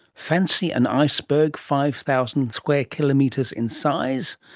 fancy an iceberg five thousand square kilometres in size?